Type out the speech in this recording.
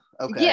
Okay